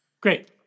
Great